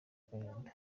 agahinda